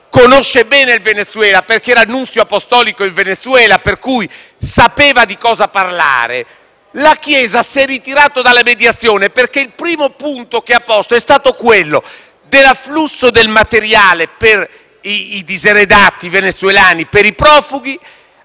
conosce bene il Venezuela, perché era nunzio apostolico in Venezuela e sapeva di cosa parlare) alla fine si è ritirata dalla mediazione, perché il primo punto che ha posto è stato quello dell'afflusso del materiale per i diseredati venezuelani e per i profughi